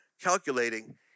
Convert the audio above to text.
calculating